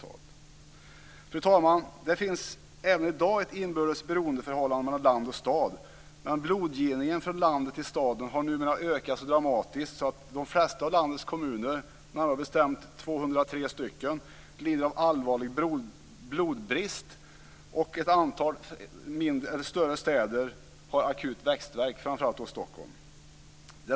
Fru talman! Det finns även i dag ett inbördes beroendeförhållande mellan land och stad, men blodgivningen från landet till staden har numera ökat så dramatiskt att de flesta av landets kommuner - närmare bestämt 203 stycken - lider av allvarlig blodbrist och ett antal större städer har akut växtvärk, framför allt då Stockholm.